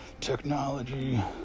technology